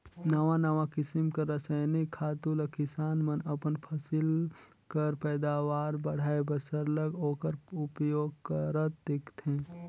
नावा नावा किसिम कर रसइनिक खातू ल किसान मन अपन फसिल कर पएदावार बढ़ाए बर सरलग ओकर उपियोग करत दिखथें